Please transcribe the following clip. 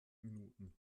minuten